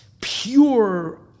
pure